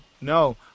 no